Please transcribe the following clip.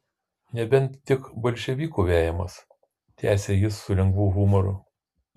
nebent tik bolševikų vejamas tęsė jis su lengvu humoru